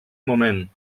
moment